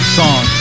song